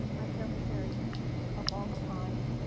i've known carrie a long time,